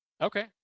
Okay